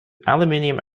aluminum